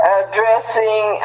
addressing